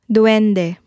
Duende